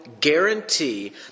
guarantee